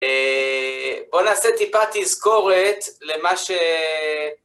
בואו נעשה טיפה תזכורת למה ש...